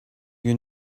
you